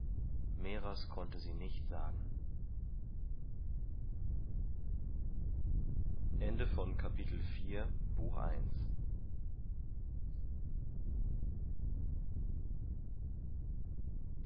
mehrers konnte sie nicht sagen